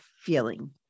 feeling